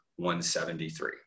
173